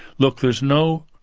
look, there's no.